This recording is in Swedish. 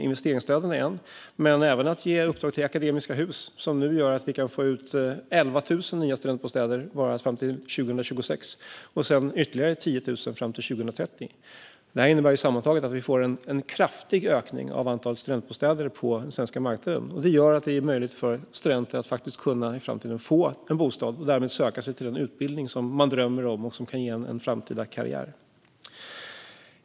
Investeringsstödet är ett, men även att ge uppdrag till Akademiska Hus som nu gör att vi kan få ut 11 000 nya studentbostäder bara fram till 2026 och sedan ytterligare 10 000 fram till 2030. Detta innebär sammantaget att vi får en kraftig ökning av antalet studentbostäder på den svenska marknaden, vilket gör det möjligt för studenterna att i framtiden faktiskt få en bostad och därmed kunna söka sig till den utbildning som de drömmer om och som kan ge dem en framtida karriär.